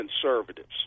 conservatives